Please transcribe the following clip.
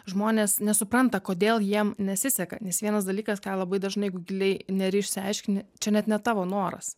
žmonės nesupranta kodėl jiem nesiseka nes vienas dalykas ką labai dažnai jeigu giliai neri išsiaiškini čia net ne tavo noras